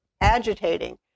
agitating